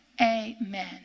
Amen